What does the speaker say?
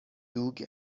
دوگ